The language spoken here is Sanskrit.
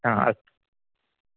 हा अस्तु